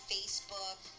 Facebook